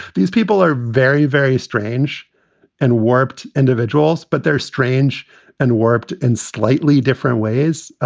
these people are very, very strange and warped individuals, but they're strange and warped in slightly different ways.